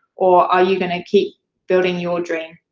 or are you gonna keep building your dream?